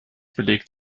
belegt